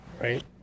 Right